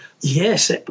yes